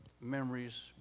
memories